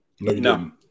No